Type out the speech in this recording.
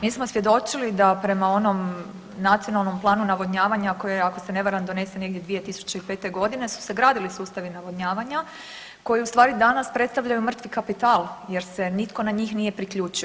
Mi smo svjedočili da prema onom Nacionalnom planu navodnjavanja koji je ako se ne varam donesen negdje 2005. godine su se gradili sustavi navodnjavanja koji u stvari danas predstavljaju mrtvi kapital jer se nitko na njih nije priključio.